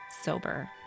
Sober